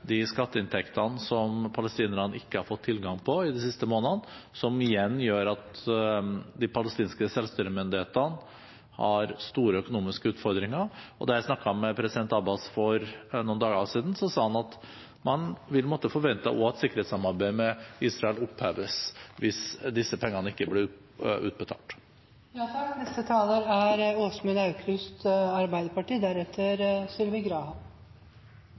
de skatteinntektene som palestinerne ikke har fått tilgang på i de siste månedene, som igjen gjør at de palestinske selvstyremyndighetene har store økonomiske utfordringer. Da jeg snakket med president Abbas for noen dager siden, sa han at man også vil måtte forvente at sikkerhetssamarbeidet med Israel oppheves hvis disse pengene ikke blir utbetalt. Jeg vet at det er